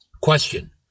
Question